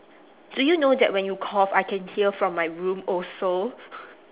do you know that when you cough I can hear from my room also